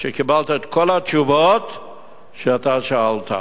שקיבלת את כל התשובות על השאלות ששאלת.